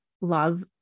love